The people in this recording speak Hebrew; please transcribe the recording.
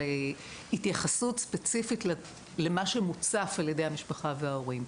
התייחסות הספציפית למה שמוצף על ידי המשפחה וההורים.